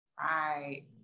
Right